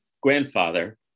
grandfather